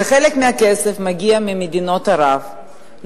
שחלק מהכסף מגיע ממדינות ערב,